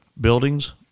buildings